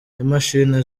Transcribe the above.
imashini